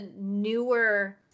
newer